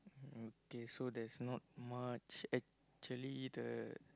okay so there's not much actually the